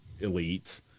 elites